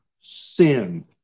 sin